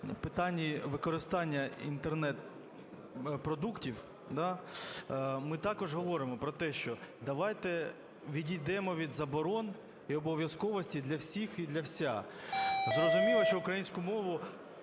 в питанні використання інтернет-продуктів, да, ми також говоримо про те, що давайте відійдемо від заборон і обов'язковості для всіх і для вся. Зрозуміло, що українську мову